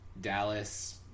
Dallas